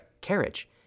carriage